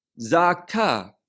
Zaka